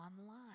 online